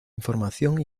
información